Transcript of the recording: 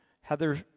Heather